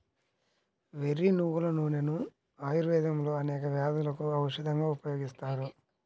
వెర్రి నువ్వుల నూనెను ఆయుర్వేదంలో అనేక వ్యాధులకు ఔషధంగా ఉపయోగిస్తారు